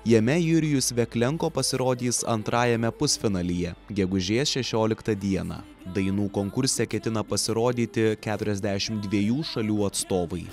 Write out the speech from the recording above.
jame jurijus veklenko pasirodys antrajame pusfinalyje gegužės šešioliktą dieną dainų konkurse ketina pasirodyti keturiasdešimt dviejų šalių atstovai